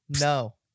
No